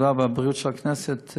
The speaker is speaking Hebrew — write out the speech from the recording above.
העבודה והבריאות של הכנסת,